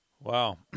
Wow